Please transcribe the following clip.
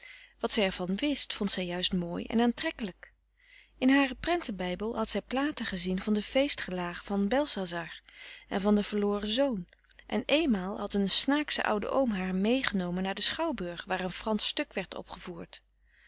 wat zij er van wist vond zij juist mooi en aantrekkelijk in haren prentenbijbel had zij platen gezien van de feestgelagen van belshazzar en van den verloren zoon en eenmaal had een snaaksche oude oom haar meegenomen naar den schouwburg waar een fransch stuk werd opgevoerd